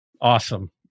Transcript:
Awesome